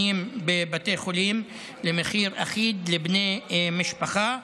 בבתי החולים למחיר אחיד לבני משפחה.